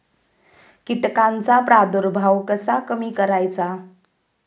कीटकांचा प्रादुर्भाव कसा कमी करायचा?